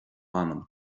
anam